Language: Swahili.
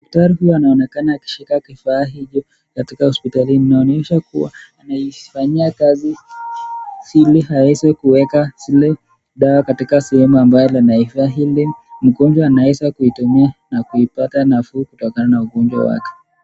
Daktari huyu anaonekana akishika kifaa hicho katika hosiptalini, inaonyesha kuwa anaifanyia kazi ili aweze kuweka zile dawa katika sehemu ambayo linafaa ili mgonjwa anaweza kuitumia na kuipata nafuu kutokana na ugonjwa wake.